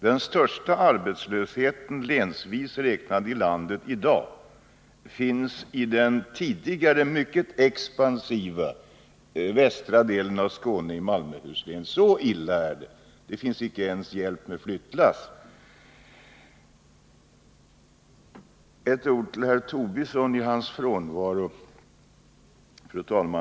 Den största arbetslösheten, länsvis räknad, i landet i dag finns i den tidigare mycket expansiva västra delen av Skåne i Malmöhus län. Så illa är det. Det finns icke ens hjälp med flyttlass. Så ett ord till herr Tobisson i hans frånvaro.